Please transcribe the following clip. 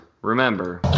remember